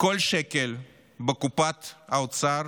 כל שקל בקופת האוצר